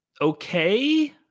okay